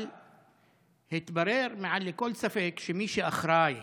אבל התברר מעל כל ספק שמי שאחראים